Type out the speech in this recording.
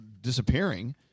disappearing